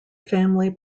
family